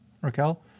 Raquel